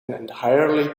entirely